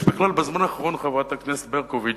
יש בכלל בזמן האחרון, חברת הכנסת ברקוביץ,